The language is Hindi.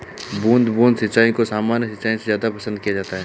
बूंद बूंद सिंचाई को सामान्य सिंचाई से ज़्यादा पसंद किया जाता है